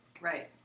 right